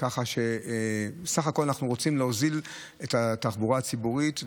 כך שבסך הכול אנחנו רוצים להוזיל את התחבורה הציבורית,